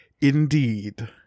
Indeed